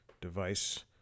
device